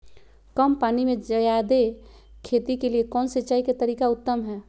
कम पानी में जयादे खेती के लिए कौन सिंचाई के तरीका उत्तम है?